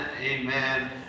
amen